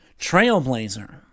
Trailblazer